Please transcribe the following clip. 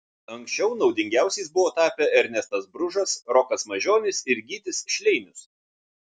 anksčiau naudingiausiais buvo tapę ernestas bružas rokas mažionis ir gytis šleinius